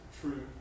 true